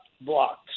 blocks